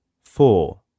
four